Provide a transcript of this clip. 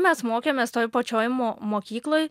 mes mokėmės toj pačioj mo mokykloj